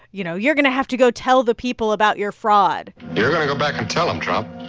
you know, you're going to have to go tell the people about your fraud you're going to go back and tell them, trump